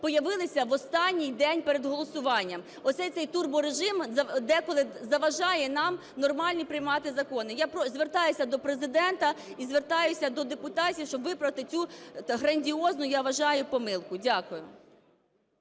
появилися в останній день перед голосуванням. Оцей турборежим деколи заважає нам нормальні приймати закони. Я звертаюся до Президента і звертаюся до депутатів, щоб виправити цю грандіозну, я вважаю, помилку. Дякую.